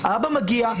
האבא מגיע,